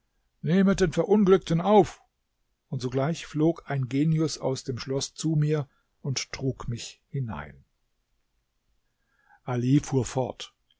nehmet den verunglückten auf und sogleich flog ein genius aus dem schloß zu mir und trug mich hinein ali fuhr fort